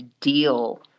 deal